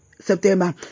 September